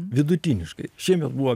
vidutiniškai šiemet buvo